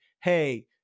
hey